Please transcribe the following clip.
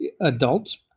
adults